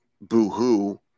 boo-hoo